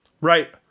Right